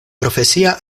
profesia